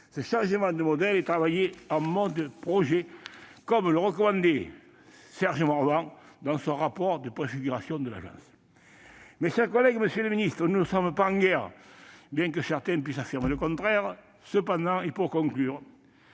un changement de modèle et de travailler en mode projet, comme le recommandait Serge Morvan, dans son rapport de préfiguration de l'agence. Mes chers collègues, monsieur le secrétaire d'État, nous ne sommes pas en guerre, bien que certains puissent affirmer le contraire. Cependant, en guise